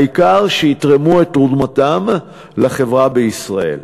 העיקר שיתרמו את תרומתם לחברה בישראל.